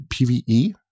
PvE